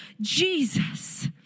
Jesus